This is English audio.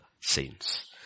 saints